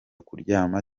kuryama